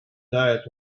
diet